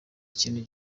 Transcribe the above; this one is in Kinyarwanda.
ikintu